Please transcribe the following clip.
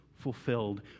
fulfilled